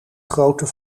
grootte